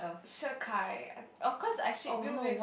Shakai of course I ship you with